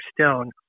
Stone